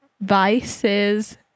Vices